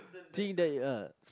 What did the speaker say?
think that you're